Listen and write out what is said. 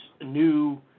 new